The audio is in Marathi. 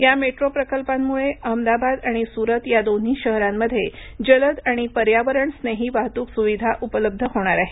या मेट्रो प्रकल्पांमुळे अहमदाबाद आणि सुरत या दोन्ही शहरामध्ये जलद आणि पर्यावरण स्नेही वाहतूक सुविधा उपलब्ध होणार आहे